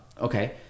okay